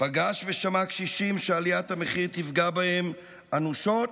פגש ושמע קשישים שעליית המחירים תפגע בהם אנושות?